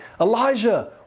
Elijah